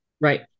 right